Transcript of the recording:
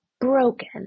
broken